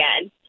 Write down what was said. again